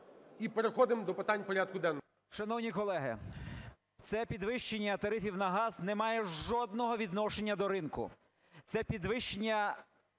І переходимо до питань порядку денного.